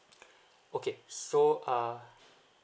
okay so uh